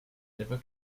never